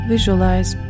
Visualize